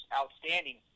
outstanding